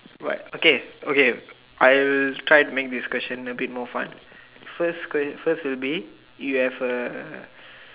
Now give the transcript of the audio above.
what okay okay I will try to make this question a bit more fun first ques first will be you have a